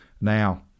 now